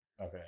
Okay